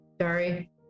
Sorry